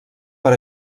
per